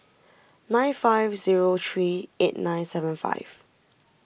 nine five zero three eight nine seven five